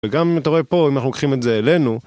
וגם אם אתה רואה פה, אם אנחנו לוקחים את זה אלינו...